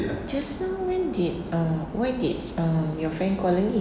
just now when did err why did uh your friend calling me